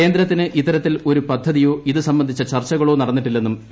കേന്ദ്രത്തിന് ഇത്തരത്തിൽ ഒരു പദ്ധതിയോ ഇത് സംബന്ധിച്ച ചർച്ചകളോ നടന്നിട്ടില്ലെന്നും പി